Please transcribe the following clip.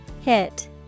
Hit